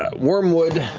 ah wyrmwood